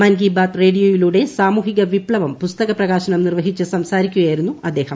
മൻ കി ബാത്ത് റേഡിയോയിലൂടെ സാമൂഹിക വിപ്തവം പുസ്തകപ്രകാശനം നിർവ്വഹിച്ച് സംസാരിക്കുകയായിരുന്ന് അദ്ദേഹം